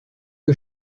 que